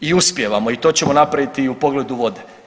I uspijevamo i to ćemo napraviti i u pogledu vode.